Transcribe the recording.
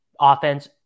offense